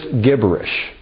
gibberish